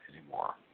anymore